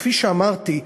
כפי שאמרתי,